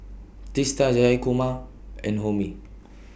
Teesta Jayakumar and Homi